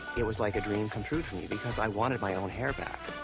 it was like a dream come true to me, because i wanted my own hair back.